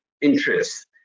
interests